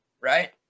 Right